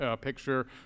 picture